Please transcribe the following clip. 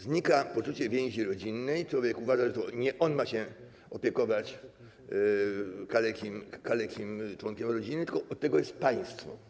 Znika poczucie więzi rodzinnej, człowiek uważa, że to nie on ma się opiekować kalekim członkiem rodziny, tylko że od tego jest państwo.